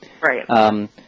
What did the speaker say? right